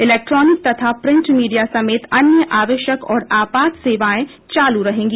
electronic तथा print media समेत अन्य आवश्यक और आपात सेवाएं चालू रहेंगी